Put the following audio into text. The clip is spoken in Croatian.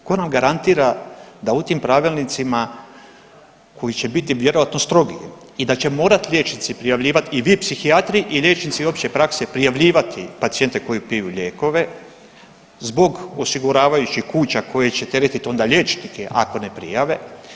Tko nam garantira da u tim pravilnicima koji će biti vjerojatno strogi i da će morati liječnici i vi psihijatri i liječnici opće prakse prijavljivati pacijente koji piju lijekove zbog osiguravajućih kuća koje će teretiti onda liječnike ako ne prijave.